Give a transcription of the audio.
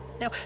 Now